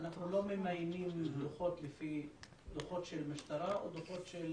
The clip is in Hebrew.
אנחנו לא ממיינים דוחות לפי דוחות של משטרה או דוחות של